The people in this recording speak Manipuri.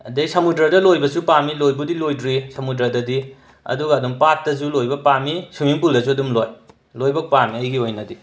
ꯑꯗꯩ ꯁꯃꯨꯗ꯭ꯔꯗ ꯂꯣꯏꯕꯁꯨ ꯄꯥꯝꯃꯤ ꯂꯣꯏꯕꯨꯗꯤ ꯂꯣꯏꯗ꯭ꯔꯤ ꯁꯃꯨꯗ꯭ꯔꯗꯗꯤ ꯑꯗꯨꯒ ꯑꯗꯨꯝ ꯄꯥꯠꯇꯖꯨ ꯂꯣꯏꯕ ꯄꯥꯝꯃꯤ ꯁ꯭ꯋꯤꯝꯃꯤꯡ ꯄꯨꯜꯗꯖꯨ ꯑꯗꯨꯝ ꯂꯣꯏ ꯂꯣꯏꯕꯛ ꯄꯥꯝꯃꯤ ꯑꯩꯒꯤ ꯑꯣꯏꯅꯗꯤ